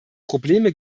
probleme